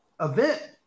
event